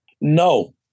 No